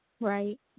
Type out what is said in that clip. Right